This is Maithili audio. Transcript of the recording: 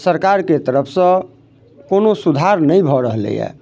सरकारके तरफसँ कोनो सुधार नहि भऽ रहलैए